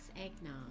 eggnog